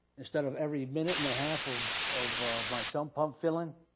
instead of every minute and a half of of my sump pump filling,